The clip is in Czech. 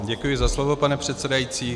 Děkuji za slovo, pane předsedající.